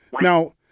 Now